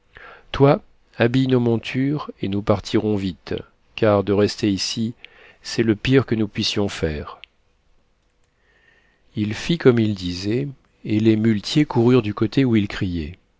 toi habille nos montures et nous partirons vite car de rester ici c'est le pire que nous puissions faire il fit comme il disait et les muletiers coururent du côté où il criait